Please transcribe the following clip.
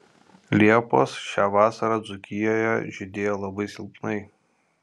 liepos šią vasarą dzūkijoje žydėjo labai silpnai